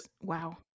Wow